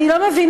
אני לא מבינה,